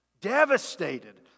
devastated